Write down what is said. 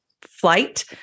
flight